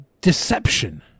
Deception